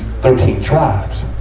thirteen tribes.